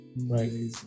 right